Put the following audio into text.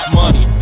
money